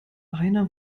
einer